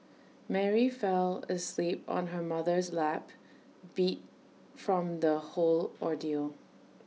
Mary fell asleep on her mother's lap beat from the whole ordeal